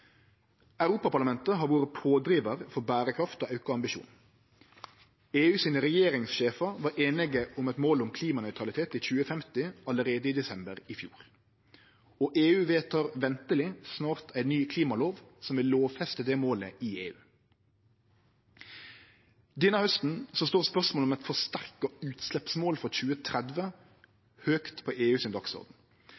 Europaparlamentet har vore pådrivar for berekraft og auka ambisjon. EUs regjeringssjefar var einige om eit mål om klimanøytralitet i 2050 allereie i desember i fjor. EU vedtek venteleg snart ei ny klimalov som vil lovfeste det målet i EU. Denne hausten står spørsmålet om eit forsterka utsleppsmål for 2030